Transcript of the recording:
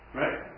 right